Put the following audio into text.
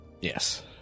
Yes